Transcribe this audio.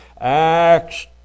Acts